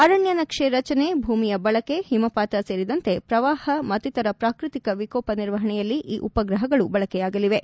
ಅರಣ್ಣ ನಕ್ಷೆ ರಚನೆ ಭೂಮಿಯ ಬಳಕೆ ಹಿಮಪಾತ ಸೇರಿದಂತೆ ಪ್ರವಾಪ ಮತ್ತಿತರ ಪ್ರಾಕೃತಿಕ ವಿಕೋಪ ನಿರ್ವಹಣೆಯಲ್ಲಿ ಈ ಉಪಗ್ರಹಗಳು ಬಳಕೆಯಾಗಲಿವೆ